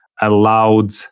allowed